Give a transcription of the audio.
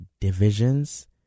Divisions